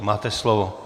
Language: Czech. Máte slovo.